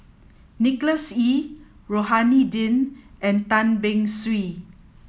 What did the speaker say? Nicholas Ee Rohani Din and Tan Beng Swee